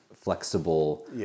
Flexible